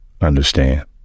understand